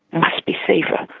must be safer,